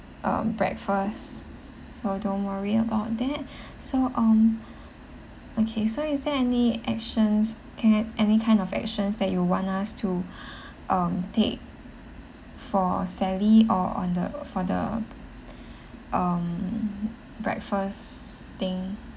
uh breakfast so don't worry about that so um okay so is there any actions can any kind of actions that you want us to um take for sally or on the for the um breakfast thing